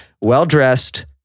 well-dressed